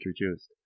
introduced